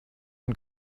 von